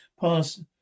past